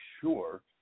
sure